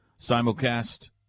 simulcast